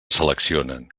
seleccionen